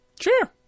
Sure